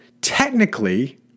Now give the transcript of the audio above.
technically